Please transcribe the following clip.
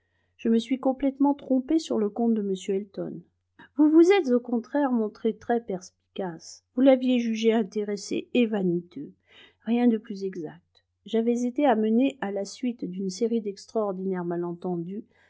je me suis complètement trompée sur le compte de m elton vous vous êtes au contraire montré très perspicace vous l'aviez jugé intéressé et vaniteux rien de plus exact j'avais été amenée à la suite d'une série d'extraordinaires malentendus